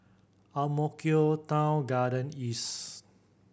Ang Mo Kio Town Garden East